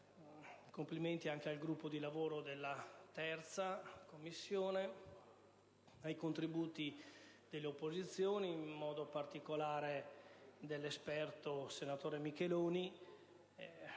Complimenti anche al gruppo di lavoro della 3a Commissione, ai contributi forniti dalle opposizioni, in modo particolare dell'esperto senatore Micheloni.